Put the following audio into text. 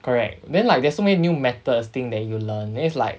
correct then like there's so many new methods thing that you learn then it's like